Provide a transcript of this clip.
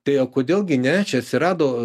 tai o kodėl gi ne čia atsirado